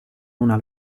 una